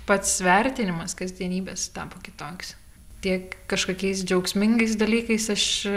pats vertinimas kasdienybės tapo kitoks tiek kažkokiais džiaugsmingais dalykais aš